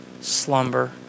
slumber